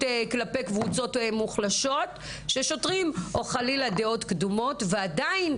נגד קבוצות מוחלשות או חלילה דעות קדומות ועדיין,